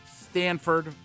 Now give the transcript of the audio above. Stanford